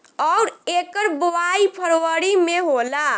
अउर एकर बोवाई फरबरी मे होला